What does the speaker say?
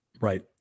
Right